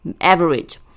average